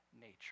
nature